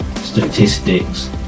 Statistics